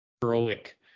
heroic